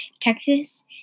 Texas